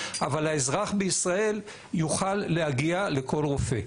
אבל האזרח בישראל יוכל להגיע לכל רופא.